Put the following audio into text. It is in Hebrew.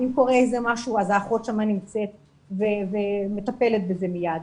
אם קורה משהו האחות נמצאת ומטפלת בזה מיד,